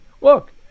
look